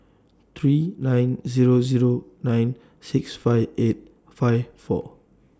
three nine Zero Zero nine six five eight five four